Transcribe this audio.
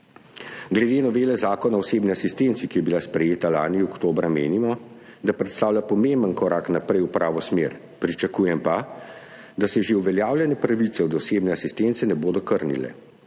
Glede novele Zakona o osebni asistenci, ki je bila sprejeta lani oktobra, menimo, da predstavlja pomemben korak naprej v pravo smer. Pričakujem pa, da se že uveljavljene pravice do osebne asistence ne bodo krnile.